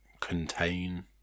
contain